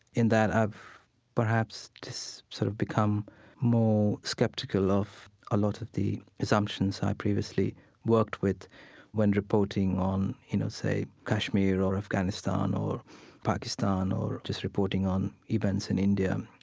in that i've perhaps just sort of become more skeptical of a lot of the assumptions i previously worked with when reporting on, you know, say, kashmir or afghanistan or pakistan, pakistan, or just reporting on events in india,